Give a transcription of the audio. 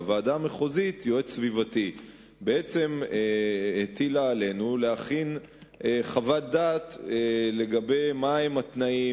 והוועדה המחוזית בעצם הטילה עלינו להכין חוות דעת לגבי התנאים,